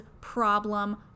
problem